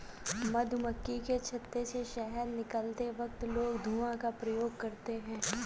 मधुमक्खी के छत्ते से शहद निकलते वक्त लोग धुआं का प्रयोग करते हैं